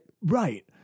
Right